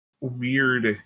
weird